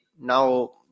Now